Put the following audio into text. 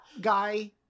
guy